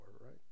right